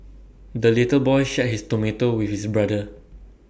the little boy shared his tomato with his brother